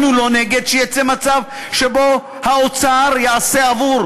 אנחנו לא נגד זה שיצא מצב שבו האוצר יעשה עבור